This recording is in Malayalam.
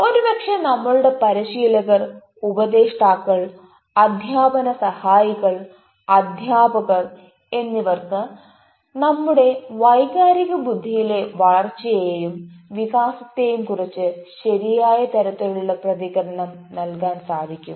ഒരുപക്ഷേ നമ്മളുടെ പരിശീലകർ ഉപദേഷ്ടാക്കൾ അധ്യാപന സഹായികൾ അധ്യാപകർ എന്നിവർക്ക് നമ്മുടെ വൈകാരിക ബുദ്ധിയിലെ വളർച്ചയെയും വികാസത്തെയും കുറിച്ച് ശരിയായ തരത്തിലുള്ള പ്രതികരണം ഫീഡ്ബാക്ക് നൽകാൻ സാധിക്കും